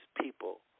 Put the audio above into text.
people